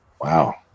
Wow